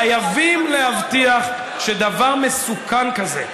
חייבים להבטיח שדבר מסוכן כזה,